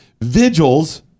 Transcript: Vigils